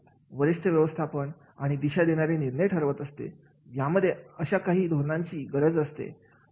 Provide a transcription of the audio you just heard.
वरिष्ठ व्यवस्थापन आणि दिशा देणारे निर्णय ठरवत असते यामध्ये अशा काही धोरणांची गरज असते